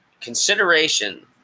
Consideration